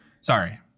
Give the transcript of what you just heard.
Sorry